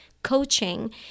coaching